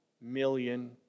million